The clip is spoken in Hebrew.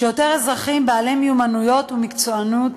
כדי שיותר אזרחים בעלי מיומנויות ומקצוענות